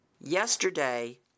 Yesterday